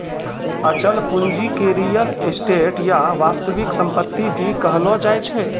अचल पूंजी के रीयल एस्टेट या वास्तविक सम्पत्ति भी कहलो जाय छै